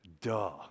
Duh